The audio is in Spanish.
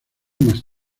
más